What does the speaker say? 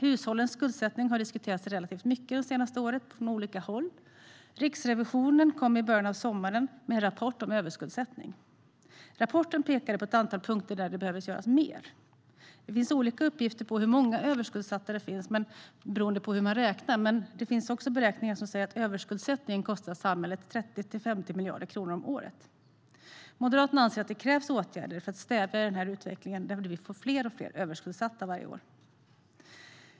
Hushållens skuldsättning har diskuterats relativt mycket det senaste året på olika håll. Riksrevisionen kom i början av sommaren med en rapport om överskuldsättning. Rapporten pekar på ett antal punkter där mer behöver göras. Hur många överskuldsatta det finns beror på hur man räknar, men det finns beräkningar som säger att överskuldsättningen kostar samhället 30-50 miljarder kronor om året. Moderaterna anser att det krävs åtgärder för att stävja utvecklingen mot fler och fler överskuldsatta varje år.